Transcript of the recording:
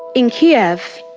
in kiev,